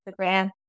instagram